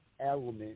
element